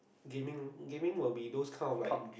gaming gaming will be those kind of like